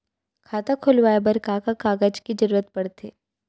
खाता खोलवाये बर का का कागज के जरूरत पड़थे?